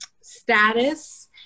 status